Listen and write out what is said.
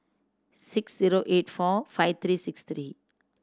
six zero eight four five three six three